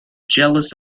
jealous